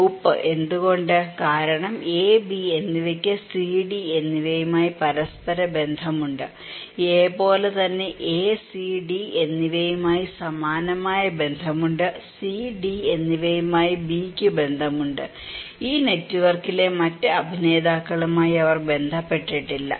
group എന്തുകൊണ്ട് കാരണം A B എന്നിവയ്ക്ക് C D എന്നിവയുമായി പരസ്പര ബന്ധമുണ്ട് A പോലെ തന്നെ A C D എന്നിവയുമായി സമാനമായ ബന്ധമുണ്ട് C D എന്നിവയുമായി Bക്ക് ബന്ധമുണ്ട് ഈ നെറ്റ്വർക്കിലെ മറ്റ് അഭിനേതാക്കളുമായി അവർ ബന്ധപ്പെട്ടിട്ടില്ല